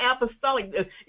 apostolic